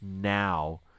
now